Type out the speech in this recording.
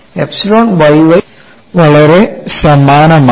epsilon y y വളരെ സമാനമാണ്